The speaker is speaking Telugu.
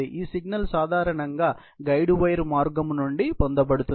ఈ సిగ్నల్ సాధారణంగా గైడ్ వైర్ మార్గం నుండి పొందబడుతుంది